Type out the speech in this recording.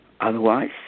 Otherwise